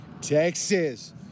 Texas